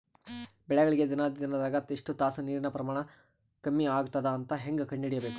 ಬೆಳಿಗಳಿಗೆ ದಿನದಾಗ ಎಷ್ಟು ತಾಸ ನೀರಿನ ಪ್ರಮಾಣ ಕಮ್ಮಿ ಆಗತದ ಅಂತ ಹೇಂಗ ಕಂಡ ಹಿಡಿಯಬೇಕು?